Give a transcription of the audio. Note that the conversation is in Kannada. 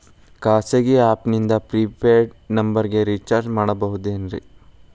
ಖಾಸಗಿ ಆ್ಯಪ್ ನಿಂದ ಫ್ರೇ ಪೇಯ್ಡ್ ನಂಬರಿಗ ರೇಚಾರ್ಜ್ ಮಾಡಬಹುದೇನ್ರಿ?